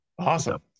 awesome